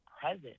present